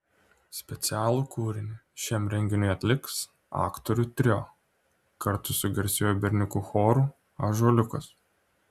specialų kūrinį šiam renginiui atliks aktorių trio kartu su garsiuoju berniukų choru ąžuoliukas